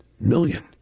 million